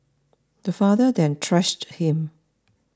the father then thrashed him